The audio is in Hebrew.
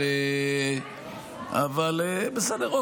אבל, אמרתם, אמרו לי, בסדר.